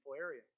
area